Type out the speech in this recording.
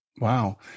Wow